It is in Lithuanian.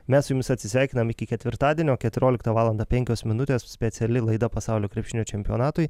mes su jumis atsisveikinam iki ketvirtadienio keturioliktą valandą penkios minutės speciali laida pasaulio krepšinio čempionatui